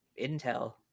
intel